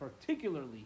particularly